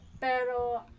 Pero